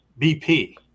BP